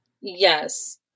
Yes